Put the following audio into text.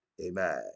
Amen